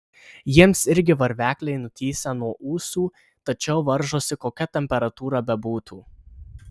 jiems irgi varvekliai nutįsę nuo ūsų tačiau varžosi kokia temperatūra bebūtų